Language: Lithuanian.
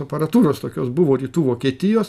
aparatūros tokios buvo rytų vokietijos